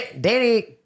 Danny